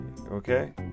okay